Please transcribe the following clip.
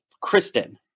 Kristen